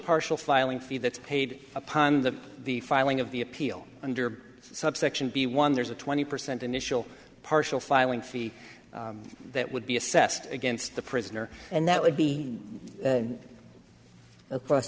partial filing fee that's paid upon the the filing of the appeal under subsection b one there's a twenty percent initial partial filing fee that would be assessed against the prisoner and that would be across